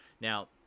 now